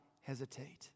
hesitate